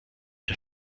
der